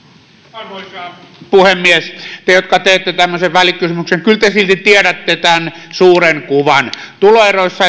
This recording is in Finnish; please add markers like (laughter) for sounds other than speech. arvoisa puhemies te jotka teette tämmöisen välikysymyksen kyllä silti tiedätte tämän suuren kuvan tuloeroissa (unintelligible)